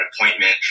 appointment